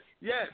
yes